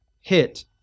hit